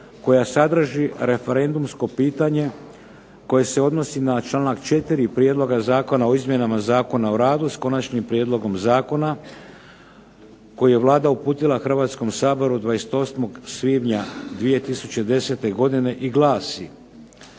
koja sadrži referendumsko pitanje koje se odnosi na članak 4. Prijedloga zakona o izmjenama Zakona o radu, s konačnim prijedlogom zakona, koji je Vlada uputila Hrvatskom saboru 28. svibnja 2010. godine i glasi: